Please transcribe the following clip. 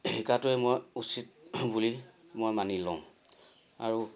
শিকাটোৱে মই উচিত বুলি মই মানি লওঁ আৰু